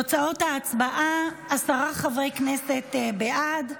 תוצאות ההצבעה: עשרה חברי כנסת בעד,